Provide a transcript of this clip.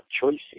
choices